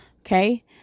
Okay